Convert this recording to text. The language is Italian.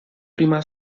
prima